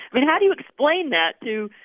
i mean, how do you explain that to,